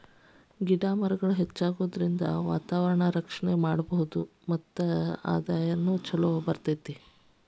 ಮರ ಗಿಡಗಳ ಹೆಚ್ಚಾಗುದರಿಂದ ವಾತಾವರಣಾನ ರಕ್ಷಣೆ ಮಾಡಬಹುದು ಮತ್ತ ಆದಾಯಾನು ಚುಲೊ ಬರತತಿ